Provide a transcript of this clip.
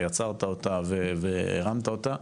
ויצרת אותה והרמת אותה.